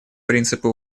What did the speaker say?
принципы